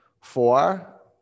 Four